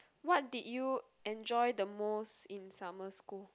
what did you enjoy the most in summer school